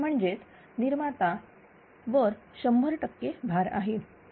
तर म्हणजेच निर्माता वर 100 टक्के भार आहे